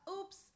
Oops